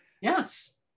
Yes